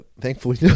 Thankfully